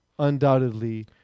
Undoubtedly